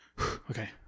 okay